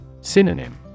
Synonym